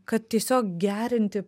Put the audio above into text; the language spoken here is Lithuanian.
kad tiesiog gerinti